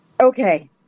Okay